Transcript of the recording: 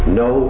no